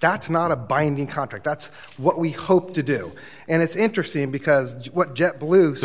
that's not a binding contract that's what we hope to do and it's interesting because what jet blue s